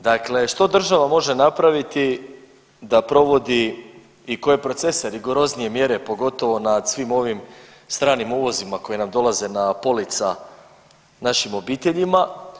Dakle, što država može napraviti da provodi i koje procese rigoroznije mjere pogotovo nad svim ovim stranim uvozima koji nam dolaze na polica našim obiteljima.